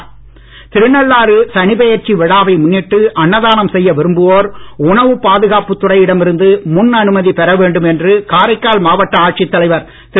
காரைக்காலில் சனிப்பெயர்ச்சி விழாவை முன்னிட்டு அன்னதானம் செய்ய விரும்புவோர் உணவு பாதுகாப்புத் துறையிடம் இருந்து முன் அனுமதி பெற வேண்டும் என்று மாவட்ட ஆட்சித் தலைவர் திரு